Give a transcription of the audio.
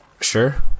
Sure